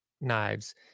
knives